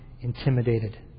intimidated